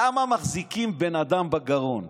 למה מחזיקים בן אדם בגרון?